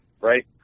right